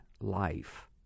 life